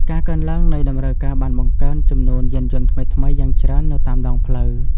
ការកើនឡើងនៃតម្រូវការបានបង្កើនចំនួនយានយន្តថ្មីៗយ៉ាងច្រើននៅតាមដងផ្លូវ។